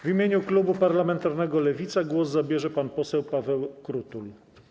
W imieniu klubu parlamentarnego Lewica głos zabierze pan poseł Paweł Krutul.